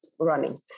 running